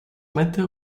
matter